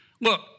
Look